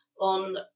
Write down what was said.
on